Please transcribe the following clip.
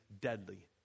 deadly